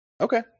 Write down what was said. Okay